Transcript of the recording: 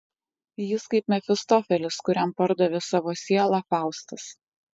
jis kaip mefistofelis kuriam pardavė savo sielą faustas